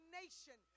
nation